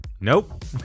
nope